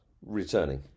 Returning